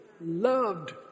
loved